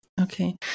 Okay